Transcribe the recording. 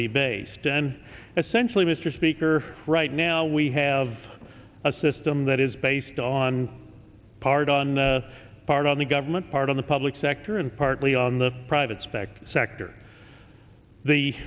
be based and essentially mr speaker right now we have a system that is based on part on the part on the government part of the public sector and partly on the private sector sector the